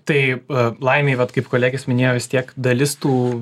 taip laimei vat kaip kolegės minėjo vis tiek dalis tų